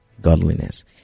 godliness